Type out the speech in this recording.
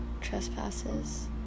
trespasses